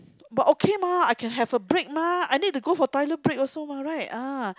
but okay mah I can have a break mah I need to go for toilet break also mah right ah